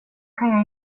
jag